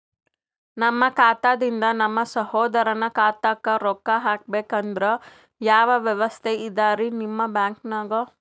ನಮ್ಮ ಖಾತಾದಿಂದ ನಮ್ಮ ಸಹೋದರನ ಖಾತಾಕ್ಕಾ ರೊಕ್ಕಾ ಹಾಕ್ಬೇಕಂದ್ರ ಯಾವ ವ್ಯವಸ್ಥೆ ಇದರೀ ನಿಮ್ಮ ಬ್ಯಾಂಕ್ನಾಗ?